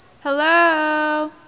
Hello